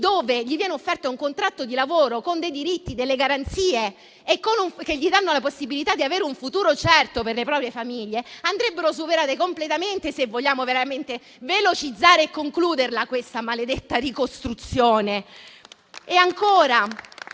dove viene loro offerto un contratto di lavoro, con diritti e garanzie, che danno la possibilità di un futuro certo per le loro famiglie, andrebbe superato completamente se vogliamo veramente velocizzare e concludere questa maledetta ricostruzione.